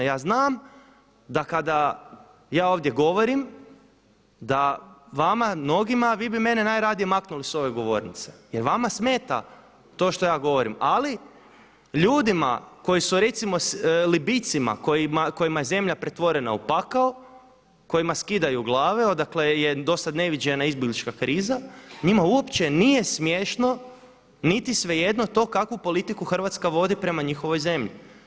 Ja znam da kada je ovdje govorim da vama mnogima vi bi mene najradije maknuli s ove govornice jer vama smeta to što ja govorim, ali ljudima koji su recimo Libijcima kojima je zemlja pretvorena u pakao, kojima skidaju glave, odakle je do sada neviđena izbjeglička kriza, njima uopće nije smiješno niti svejedno to kakvu politiku Hrvatska vodi prema njihovoj zemlji.